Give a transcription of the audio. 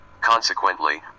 consequently